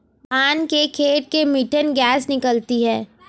धान के खेत से मीथेन गैस निकलती है